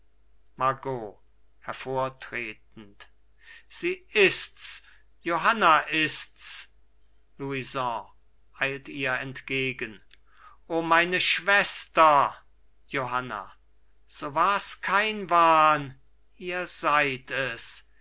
margot hervortretend sie ists johanna ists louison eilt ihr entgegen o meine schwester johanna so wars kein wahn ihr seid es